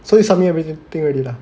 so you submit everything already lah